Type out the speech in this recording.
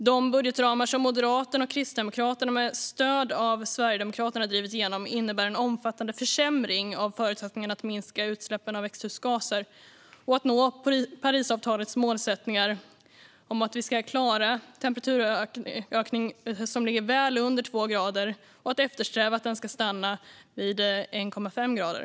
De budgetramar som Moderaterna och Kristdemokraterna med stöd av Sverigedemokraterna drivit igenom innebär en omfattande försämring av förutsättningarna att minska utsläppen av växthusgaser och att nå Parisavtalets målsättningar om att vi ska klara en temperaturökning som ligger väl under 2 grader och eftersträva att den ska stanna vid 1,5 grader.